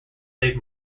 save